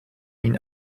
ihn